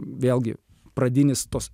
vėlgi pradinis tos